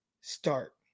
start